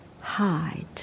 hide